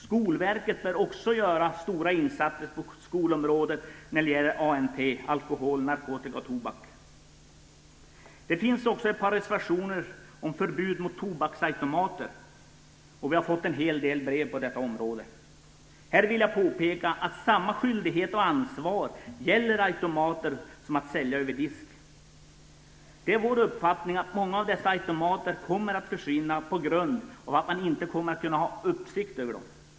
Skolverket bör också göra stora insatser på skolområdet när det gäller ANT, dvs. alkohol, narkotika och tobak. Det finns också ett par reservationer om förbud mot tobaksautomater, och vi har fått en hel del brev om detta. Här vill jag påpeka att samma skyldighet och ansvar gäller för den som säljer via automater som för den som säljer över disk. Det är vår uppfattning att många av dessa automater kommer att försvinna på grund av att man inte kommer att kunna ha uppsikt över dem.